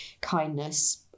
kindness